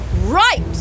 Right